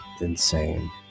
insane